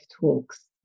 talks